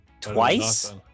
Twice